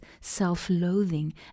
self-loathing